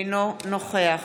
אינו נוכח